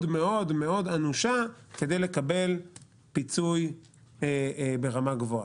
מאוד אנושה כדי לקבל פיצוי ברמה גבוהה.